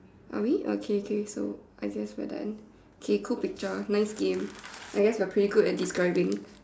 are we okay okay so I guess we're done okay cool picture nice game I guess we're pretty good at describing